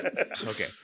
Okay